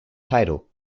title